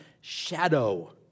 shadow